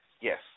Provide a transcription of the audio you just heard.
Yes